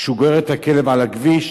כשהוא גורר את הכלב על הכביש.